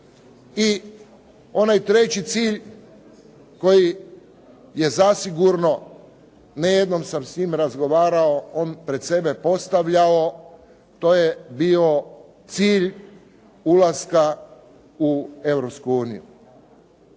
i onaj treći cilj koji je zasigurno ne jednom sam s njim razgovarao, on pred sebe postavljao, to je bio cilj ulaska u